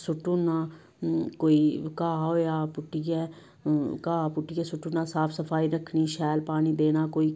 सुटी ओड़ना कोई घाह् होएआ पुट्टियै घाह् पुटियै सुट्टी ओड़ना साफ सफाई रक्खनी शैल पानी देना कोई